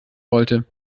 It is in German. wollte